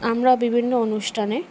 আমরা বিভিন্ন অনুষ্ঠানে